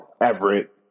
Everett